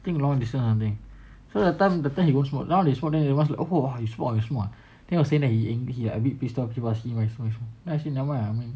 think long distance or something so that time that time he go smoke now he smoke !wah! you smoke ah you smoke ah then he will say that he angry he like a bit pissed off he was like then I say nevermind